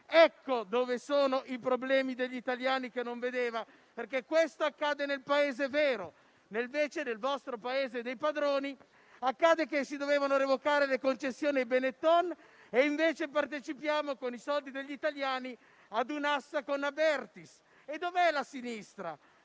Ecco dove sono i problemi degli italiani, che non vedete, perché questo accade nel Paese vero. Invece, nel vostro Paese dei padroni, accade che si dovevano revocare le concessioni ai Benetton e invece partecipiamo, con i soldi degli italiani, ad un'asta con Abertis. Dov'è la sinistra,